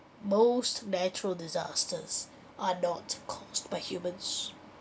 most natural disasters are not caused by humans